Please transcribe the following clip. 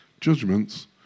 judgments